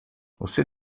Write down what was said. você